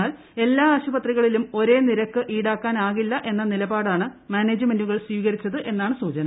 എന്നാൽ എല്ലാ ആശുപത്രികളിലും ഒരേ നിരക്ക് ഇൌടാക്കാനാകില്ല എന്ന നിലപാടാണ് മാനേജ്മെന്റുകൾ സ്വീകരിച്ചെന്നാണ് സൂചന